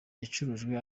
yacurujwe